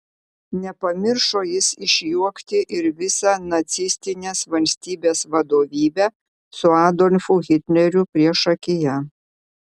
nepamiršo jis išjuokti ir visą nacistinės valstybės vadovybę su adolfu hitleriu priešakyje